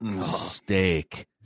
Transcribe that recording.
Steak